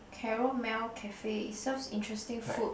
Carol Mel cafe it serves interesting food